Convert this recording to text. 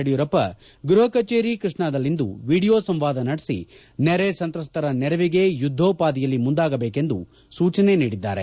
ಯಡಿಯೂರಪ್ಪ ಗ್ಬಹ ಕಚೇರಿ ಕೃಷ್ಣಾದಲ್ಲಿಂದು ವಿಡಿಯೋ ಸಂವಾದ ನಡೆಸಿ ನೆರೆ ಸಂತ್ರಸ್ತರ ನೆರವಿಗೆ ಯುದ್ದೋಪಾದಿಯಲ್ಲಿ ಮುಂದಾಗಬೇಕೆಂದು ಸೂಚನೆ ನೀಡಿದ್ದಾರೆ